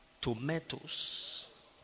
tomatoes